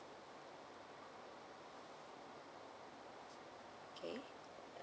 okay